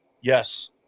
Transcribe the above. Yes